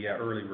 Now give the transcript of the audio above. early